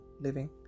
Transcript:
living